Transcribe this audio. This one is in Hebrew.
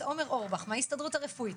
את עומר אורבך מההסתדרות הרפואית,